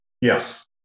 Yes